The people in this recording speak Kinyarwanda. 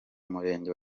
murenge